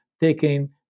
taking